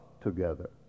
together